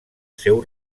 seu